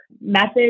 methods